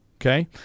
okay